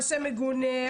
מעשה מגונה,